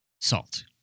salt